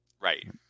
Right